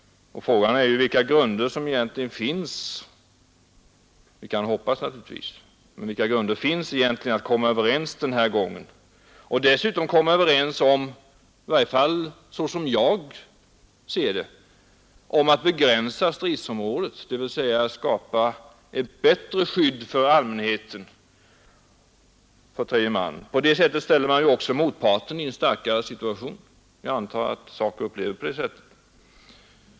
Fragan är vilka grunder som egentligen finns —- vi kan naturligtvis alltid hoppas i det avseendet att komma överens den här gangen, och dessutom sa som jag ser det. komma överens om att begränsa stridsomradet, dvs. skapa ett bättie skydd för allmänheten, för tredje man? På det sättet ställer man ocksa motparten i en starkare position; jag antar att SACO upplever det sa.